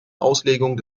auslegung